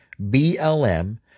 BLM